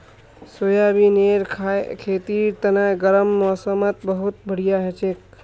सोयाबीनेर खेतीर तने गर्म मौसमत बहुत बढ़िया हछेक